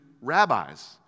rabbis